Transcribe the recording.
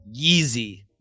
Yeezy